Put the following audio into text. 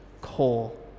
coal